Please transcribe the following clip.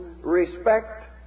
respect